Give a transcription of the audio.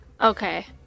okay